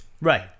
Right